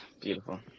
beautiful